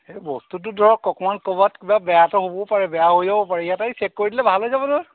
সেই বস্তুটো ধৰক অকণমান ক'ৰবাত কিবা বেয়া এটা হ'বও পাৰে বেয়া হৈ যাবও পাৰে ইয়াত আহি চেক কৰি দিলে ভাল হৈ যাব নহয়